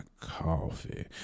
coffee